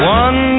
one